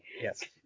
Yes